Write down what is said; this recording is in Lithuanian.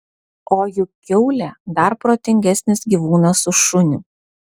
o juk kiaulė dar protingesnis gyvūnas už šunį